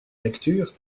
lecture